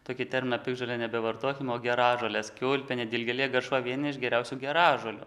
tokį terminą piktžolė nebevartokim o geražoles kiaulpienė dilgėlė garšva vieni iš geriausių geražolių